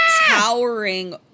towering